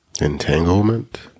Entanglement